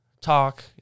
talk